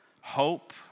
hope